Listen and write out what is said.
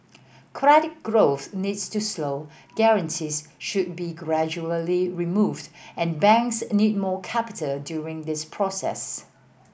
credit growth needs to slow guarantees should be gradually removed and banks need more capital during this process